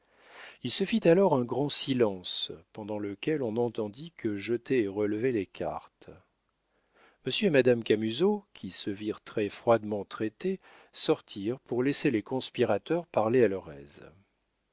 il se fit alors un grand silence pendant lequel on n'entendit que jeter et relever les cartes monsieur et madame camusot qui se virent très froidement traités sortirent pour laisser les conspirateurs parler à leur aise